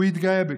הוא יתגאה בכך,